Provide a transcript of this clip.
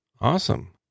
Awesome